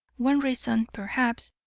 one reason, perhaps,